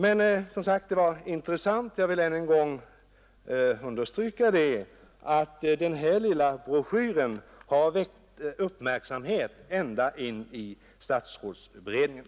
Men det var intressant, tycker jag, att den lilla broschyren har väckt uppmärksamhet ända in i statsrådsberedningen.